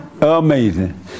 Amazing